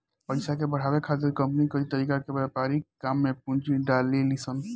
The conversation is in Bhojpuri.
पइसा के बढ़ावे खातिर कंपनी कई तरीका के व्यापारिक काम में पूंजी डलेली सन